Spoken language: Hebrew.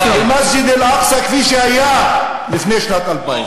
סטטוס-קוו שהשתנה, והוא משתנה יום-יום.